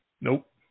Nope